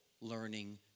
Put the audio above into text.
learning